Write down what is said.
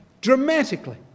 Dramatically